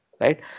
right